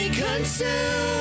consumed